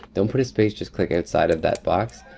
don't put a space, just click outside of that box.